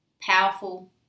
powerful